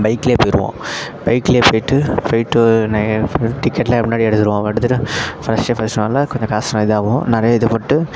பைக்லேயே போய்ருவோம் பைக்லேயே போய்ட்டு போய்ட்டு என் ஃப்ரெண்ட் டிக்கெட்லாம் முன்னாடியே எடுத்துடுவான் அவன் எடுத்துட்டு ஃபர்ஸ்ட் டே ஃபர்ஸ்ட் ஷோனால கொஞ்சம் காசுலாம் இதாகும் நிறைய இது போட்டு